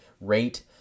rate